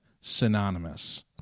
synonymous